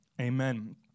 amen